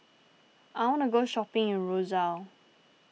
I wanna go shopping in Roseau